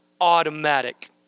automatic